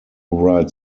write